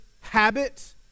habit